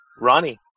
Ronnie